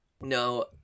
No